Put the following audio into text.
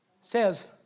says